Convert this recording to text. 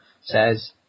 says